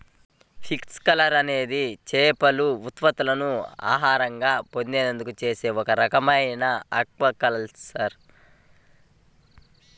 pisciculture అనేది చేపల ఉత్పత్తులను ఆహారంగా పొందేందుకు చేసే ఒక రకమైన ఆక్వాకల్చర్